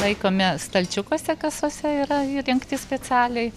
laikome stalčiukuose kasose yra įrengti specialiai